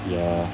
ya